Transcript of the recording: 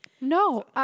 No